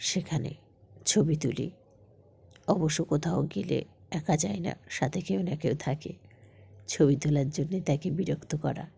সেখানে ছবি তুলি অবশ্য কোথাও গেলে একা যাই না সাথে কেউ না কেউ থাকে ছবি তোলার জন্যে তাকে বিরক্ত করা